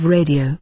Radio